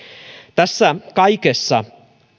tässä kaikessa